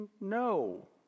No